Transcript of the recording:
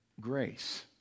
grace